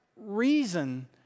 reason